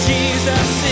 Jesus